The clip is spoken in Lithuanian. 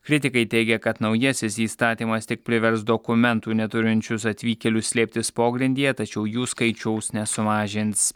kritikai teigia kad naujasis įstatymas tik privers dokumentų neturinčius atvykėlius slėptis pogrindyje tačiau jų skaičiaus nesumažins